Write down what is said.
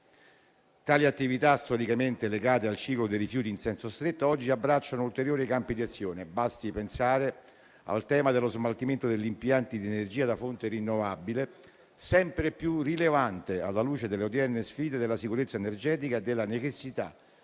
Tali attività, storicamente legate al ciclo dei rifiuti in senso stretto, oggi abbracciano ulteriori campi di azione. Basti pensare al tema dello smaltimento degli impianti di energia da fonte rinnovabile, sempre più rilevante alla luce delle odierne sfide della sicurezza energetica e della necessità